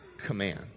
command